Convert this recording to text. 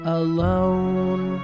alone